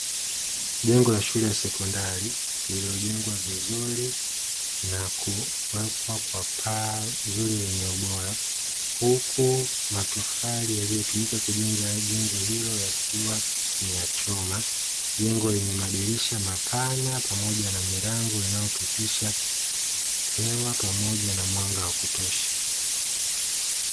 Jengo la shule ya sekondari lililojengwa vizuri na kupakwa kwa paa zuri lenye ubora, huku matofali yaliyotumika kujenga jengo hilo yakiwa ni ya choma. Jengo lenye madirisha mapana pamoja na milango inayopitisha hewa pamoja na mwanga wa kutosha.